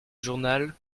journal